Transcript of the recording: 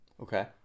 okay